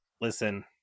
Listen